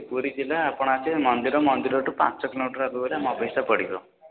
ପୁରୀ ଜିଲ୍ଲା ଆପଣ ଆସିବେ ମନ୍ଦିର ମନ୍ଦିରଠୁ ପାଞ୍ଚ କିଲୋମିଟର ଦୂରରେ ଆମ ଅଫିସଟା ପଡ଼ିବ